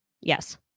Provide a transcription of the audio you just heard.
yes